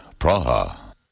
Praha